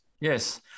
yes